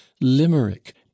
Limerick